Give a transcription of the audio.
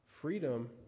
freedom